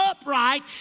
upright